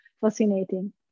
fascinating